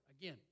Again